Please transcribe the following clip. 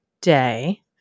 day